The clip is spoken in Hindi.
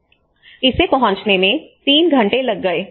इसे पहुंचने में 3 घंटे लग गए